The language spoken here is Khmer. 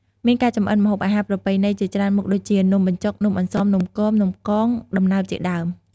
មានការចម្អិនម្ហូបអាហារប្រពៃណីជាច្រើនមុខដូចជា នំបញ្ចុក នំអន្សម នំគម នំកង ដំណើបជាដើម។